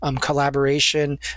collaboration